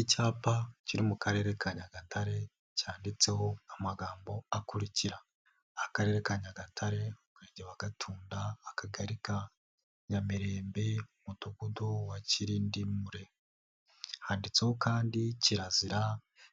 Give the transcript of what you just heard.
Icyapa kiri mu karere ka Nyagatare cyanditseho amagambo akurikira, akarere ka Nyagatare umurenge wa katunda Akagari ka Nyamirembe, umudugudu wa Kirimbure, handitseho kandi kirazira